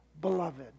beloved